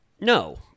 No